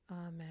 Amen